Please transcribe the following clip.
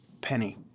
penny